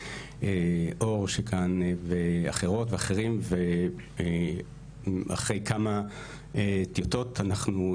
אור שכאן ועוד אחרות ואחרים ואחרי כמה טיוטות נוצרה